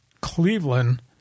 Cleveland